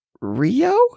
Rio